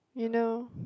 you know